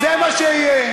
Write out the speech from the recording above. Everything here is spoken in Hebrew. זה מה שיהיה.